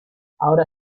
ahora